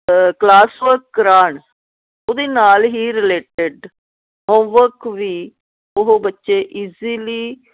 classwork ਕਰਾਉਣ ਉਹਦੇ ਨਾਲ ਹੀ ਰਿਲੇਟਡ ਹੋਮ ਵਰਕ ਵੀ ਉਹ ਬੱਚੇ ਇਜੀਲੀ